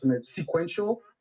sequential